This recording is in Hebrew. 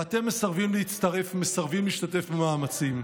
ואתם מסרבים להצטרף, מסרבים להשתתף במאמצים,